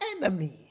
enemy